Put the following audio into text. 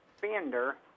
Fender